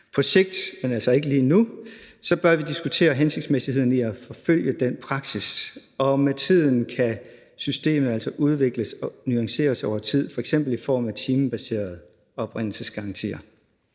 På sigt, men altså ikke lige nu, bør vi diskutere hensigtsmæssigheden i at forfølge den praksis, og med tiden kan systemet altså udvikles og nuanceres, f.eks. i form af timebaserede oprindelsesgarantier.